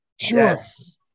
Yes